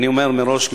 ואני אומר מראש,